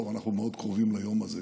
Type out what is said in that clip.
טוב, אנחנו מאוד קרובים ליום הזה,